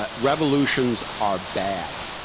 ah revolutions are bad.